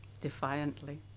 defiantly